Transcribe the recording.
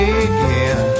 again